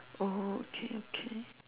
oh okay okay